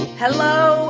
Hello